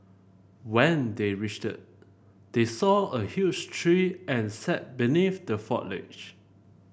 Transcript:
when they reached they saw a huge tree and sat beneath the foliage